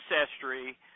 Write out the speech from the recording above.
ancestry